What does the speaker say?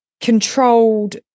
controlled